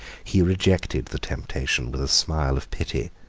he rejected the temptation with a smile of pity,